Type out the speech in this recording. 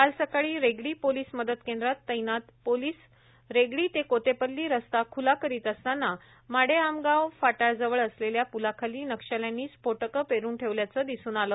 काल सकाळी रेगडी पोलीस मदत केंद्रात तैनात पोलीस रेगडी ते कोतेपल्ली रस्ता खुला करीत असताना माडेआमगाव फाटपाजवळ असलेल्या पुलाखाली नक्षल्यांनी स्फोटकं पेसन ठेवल्याचं दिसून आलं